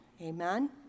amen